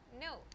No